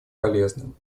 полезным